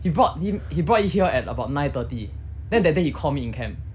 he brought him he brought it here at about nine thirty then that that day he called me in camp